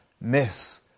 miss